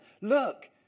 look